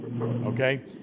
okay